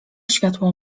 światło